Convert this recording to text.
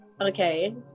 Okay